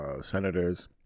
senators